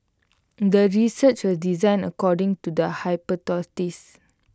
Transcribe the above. the research was designed according to the hypothesis